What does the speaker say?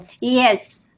Yes